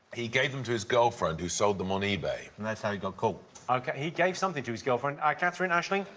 he gave them to his girlfriend who sold them on ebay. and that's how he got caught. he gave something to his girlfriend. katherine, aisling?